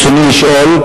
ברצוני לשאול: